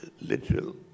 literal